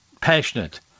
passionate